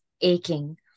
aching